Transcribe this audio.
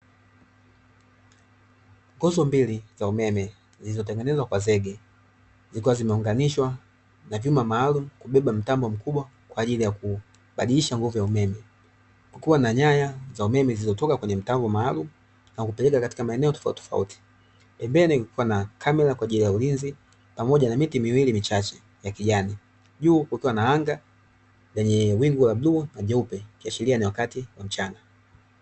Nguzo mbili za umeme zilizotengenezwa kwa zege zikiwa zimeunganishwa na vyuma maalumu, kubeba mtambo mkubwa kwa ajili ya kubadilisha nguvu ya umeme. Kukiwa na nyaya za umeme zilizotoka kwenye mitambo maalum na kupeleka katika maeneo tofauti tofauti, pembeni kukiwa na kamera kwa ajili ya ulinzi pamoja na miti miwili michache ya kijani. Juu kukiwa na anga lenye wingu la bluu na jeupe kiashiria ni wakati wa mchana.